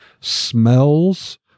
smells